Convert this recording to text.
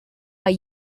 are